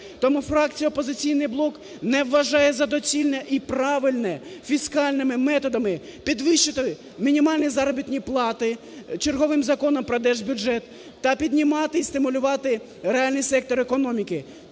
Тому фракція "Опозицій блок" не вважає за доцільне і правильне фіскальними методами підвищити мінімальні заробітні плати черговим законом про держбюджет та піднімати і стимулювати реальний сектор економіки.